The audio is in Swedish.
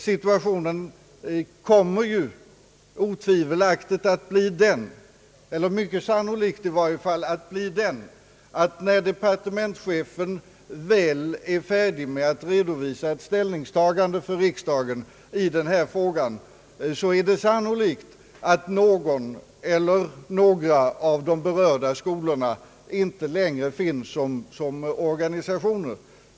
Situationen kommer sannolikt att bli den att när departementschefen väl är färdig att redovisa ett ställningstagande för riksdagen i denna fråga någon eller några av de berörda skolorna inte längre finns som organisationer.